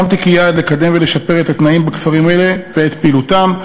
שמתי לי ליעד לקדם ולשפר את התנאים בכפרים אלה ואת פעילותם.